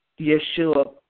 Yeshua